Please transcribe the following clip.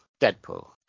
Deadpool